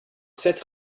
cette